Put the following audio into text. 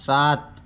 सात